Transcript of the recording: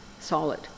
solid